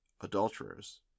adulterers